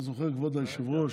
אתה זוכר, כבוד היושב-ראש?